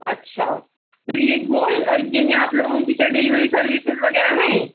اچھا تو یہ گول یعنی آپ لوگوں کی کیا ڈیلیوری سروسز وغیرہ ہیں